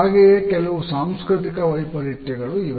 ಹಾಗೆಯೇ ಕೆಲವು ಸಾಂಸ್ಕೃತಿಕ ವೈಪರೀತ್ಯಗಳು ಇವೆ